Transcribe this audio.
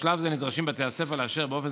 בשלב זה נדרשים בתי הספר לאשר באופן